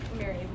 married